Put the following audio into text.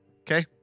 Okay